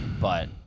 but-